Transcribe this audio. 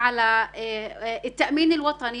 בוקר טוב.